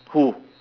who